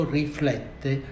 riflette